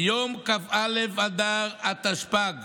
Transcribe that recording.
ביום כ"א באדר התשפ"ג